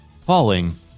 falling